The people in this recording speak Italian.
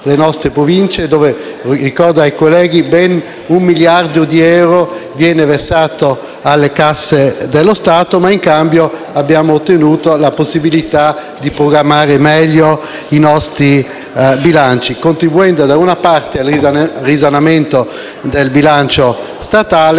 le nostre Province, dove - lo ricordo ai colleghi - ben un miliardo di euro viene versato alle casse dello Stato. In cambio, abbiamo ottenuto la possibilità di programmare meglio i nostri bilanci, contribuendo al risanamento del bilancio statale